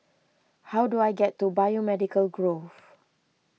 how do I get to Biomedical Grove